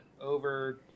over